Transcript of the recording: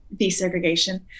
desegregation